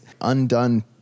undone